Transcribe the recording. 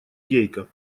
гейка